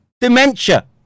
Dementia